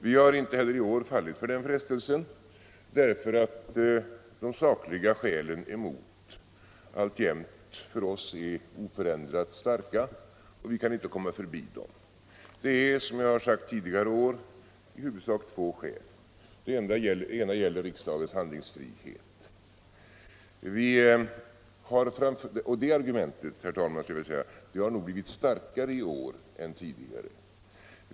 Vi har inte heller i år fallit för den frestelsen, därför att de sakliga skälen emot alltjämt för oss är oförändrat starka, och vi kan inte komma förbi dem. Det finns, som jag har sagt tidigare år, i huvudsak två skäl. Det ena är riksdagens handlingsfrihet, och det argumentet har nog blivit starkare i år än tidigare.